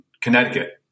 Connecticut